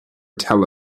tell